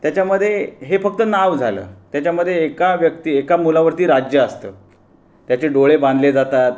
त्याच्यामध्ये हे फक्त नाव झालं त्याच्यामध्ये एका व्यक्ति एका मुलावरती राज्य असतं त्याचे डोळे बांधले जातात